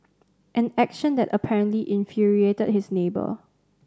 an action that apparently infuriated his neighbour